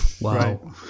Wow